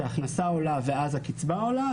כלומר שההכנסה עולה ואז הקצבה עולה,